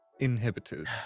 inhibitors